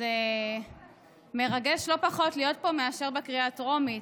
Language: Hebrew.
זה מרגש לא פחות להיות פה מאשר בקריאה הטרומית,